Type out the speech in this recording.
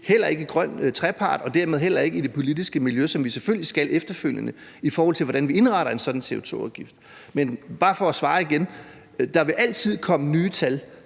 heller ikke i den grønne trepart og dermed heller ikke i det politiske miljø, hvilket vi selvfølgelig skal efterfølgende, i forhold til hvordan vi indretter en sådan CO2-afgift. Men for at svare igen vil jeg bare sige: Der vil altid komme nye tal.